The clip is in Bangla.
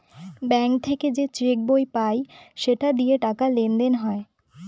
ব্যাঙ্ক থেকে যে চেক বই পায় সেটা দিয়ে টাকা লেনদেন হয়